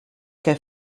què